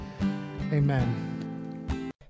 amen